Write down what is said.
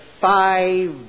five